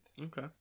Okay